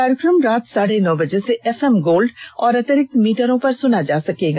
कार्यक्रम रात साढ़े नौ बजे से एफएम गोल्ड और अतिरिक्त मीटरों पर सुना जा सकता है